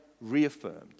reaffirmed